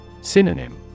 Synonym